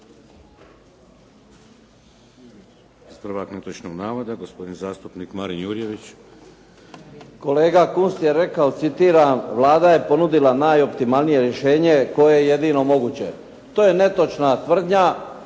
Ispravak netočnog navoda gospodin zastupnik Marin Jurjević. **Jurjević, Marin (SDP)** Kolega Kunst je rekao, citiram, "Vlada je ponudila najoptimalnije rješenje koje je jedino moguće". To je netočna tvrdnja.